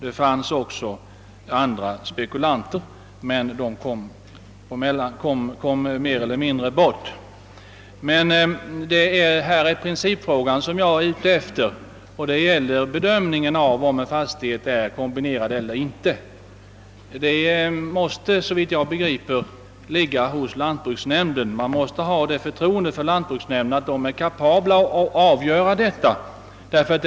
Det fanns också andra spekulanter, men de kom mer eller mindre bort i sammanhanget. Men här gället det också en principfråga, nämligen bedömningen av huruvida en fastighet är kombinerad eller inte. Denna bedömning måste, såvitt jag kan förstå, göras av lantbruksnämnden. Vi måste ha förtroende för lantbruksnämnderna när det gäller deras förmåga att avgöra dessa frågor.